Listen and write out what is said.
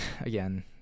Again